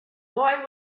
boy